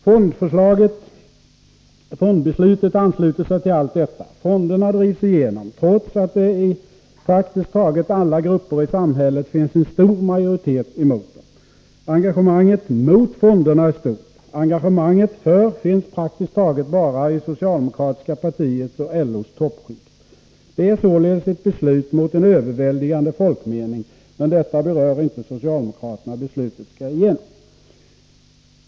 Fondbeslutet ansluter sig till allt detta. Fonderna drivs igenom, trots att det i praktiskt taget alla grupper i samhället finns en stor majoritet emot dem. Engagemanget mot fonderna är stort. Engagemanget för finns praktiskt taget bara i det socialdemokratiska partiets och LO:s toppskikt. Det är således ett beslut mot en överväldigande folkmening. Men detta berör inte socialdemokraterna. Beslutet skall igenom.